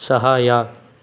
ಸಹಾಯ